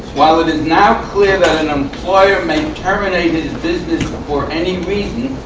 while it is now clear that an employer may terminate his business for any reason,